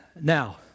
Now